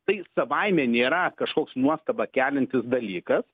tai savaime nėra kažkoks nuostabą keliantis dalykas